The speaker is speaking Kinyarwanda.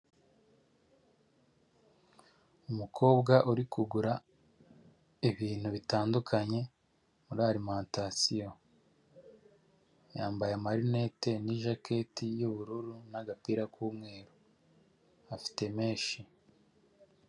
Umuhanda ukoze neza hagati harimo umurongo w'umweru wihese, umuntu uri ku kinyabiziga cy'ikinyamitende n'undi uhagaze mu kayira k'abanyamaguru mu mpande zawo hari amazu ahakikije n'ibyuma birebire biriho insinga z'amashanyarazi nyinshi.